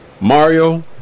Mario